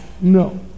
No